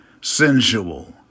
sensual